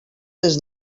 des